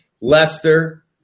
Lester